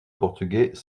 portugais